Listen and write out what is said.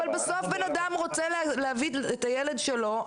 בסוף בן אדם רוצה להביא את הילד שלו,